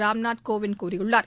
ராம்நாத் கோவிந்த் கூறியுள்ளார்